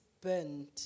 burned